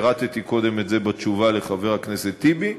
פירטתי קודם את זה בתשובה לחבר הכנסת טיבי,